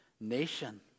nation